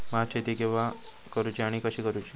भात शेती केवा करूची आणि कशी करुची?